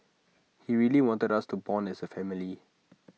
he really wanted us to Bond as A family